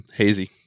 hazy